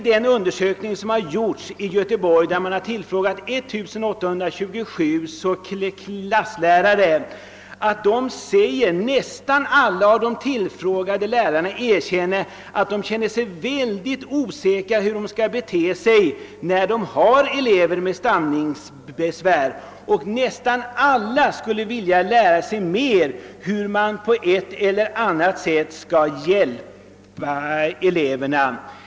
Den undersökning som gjorts i Göteborg, där man tillfrågat 1827 klasslärare, visar att nästan alla av de till frågade lärarna erkänner att de känner sig mycket osäkra hur de skall bete sig när det gäller elever med stamningsbesvär. Nästan alla vid undersökningen tillfrågade lärare skulle vilja lära sig mer om hur de på ett eller annat sätt skulle kunna hjälpa eleverna.